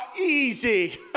easy